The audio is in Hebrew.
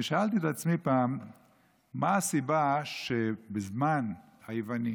אני שאלתי את עצמי פעם מה הסיבה לכך שבזמן היוונים